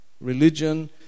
Religion